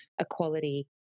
equality